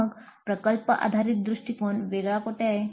मग प्रकल्प आधारित दृष्टीकोन वेगळा कोठे आहे